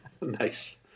Nice